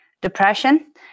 depression